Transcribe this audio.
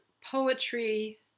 poetry